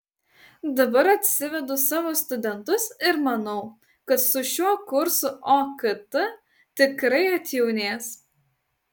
dabar atsivedu savo studentus ir manau kad su šiuo kursu okt tikrai atjaunės